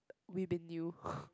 we been knew